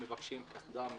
קסדה,